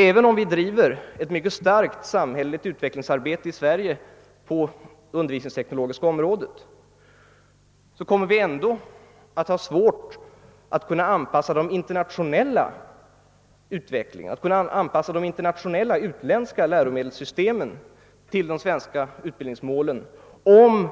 Även om vi driver ett mycket starkt samhälleligt utvecklings arbete i Sverige på det undervisningsteknologiska området, kommer vi ändå att ha svårt att kunna anpassa de utländska läromedelssystemen till de svenska utbildningsmålen, om